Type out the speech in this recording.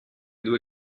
due